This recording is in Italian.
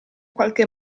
qualche